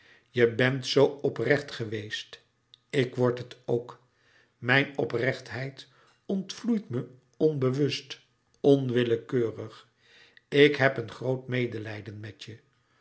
je bent zoo oprecht geweest ik word het ook mijn oprechtheid ontvloeit me onbewust onwillekeurig ik heb een groot medelijden met je